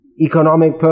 economic